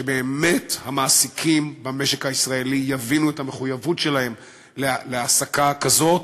שבאמת המעסיקים במשק הישראלי יבינו את המחויבות שלהם להעסקה כזאת.